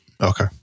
Okay